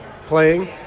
playing